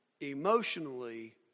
emotionally